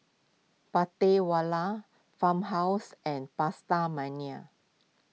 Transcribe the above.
Prata Wala Farmhouse and PastaMania